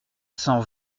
cent